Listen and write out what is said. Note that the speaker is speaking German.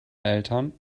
eltern